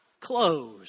clothes